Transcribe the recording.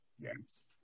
Yes